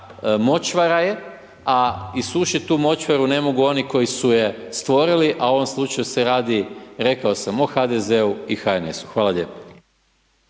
močvara je, a isušiti tu močvaru ne mogu oni koji su je stvorili, au ovom slučaju se radi, rekao sam o HDZ-u i HNS-u, hvala lijepo.